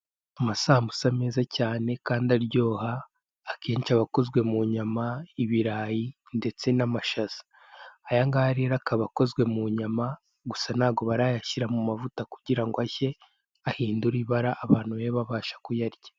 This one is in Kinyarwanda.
Amasambusa meza cyane kandi aryoha akenshi aba akozwe mu nyama, ibirayi ndetse n'amashaza. Aya ngaya rero akaba akozwe mu nyama gusa ntabwo barayashyira mu mavuta kugira ngo ashye ahindure ibara abantu babe babasha kuyarya.